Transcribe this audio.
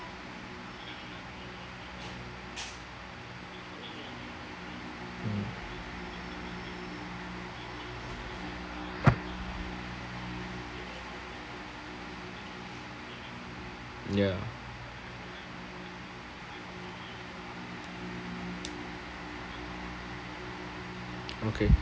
mm ya okay